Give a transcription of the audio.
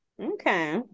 Okay